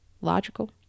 logical